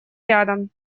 рядом